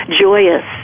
joyous